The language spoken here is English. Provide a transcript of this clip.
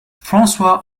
francois